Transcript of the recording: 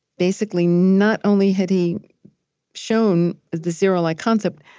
basically, not only had he shown the zero-like concept,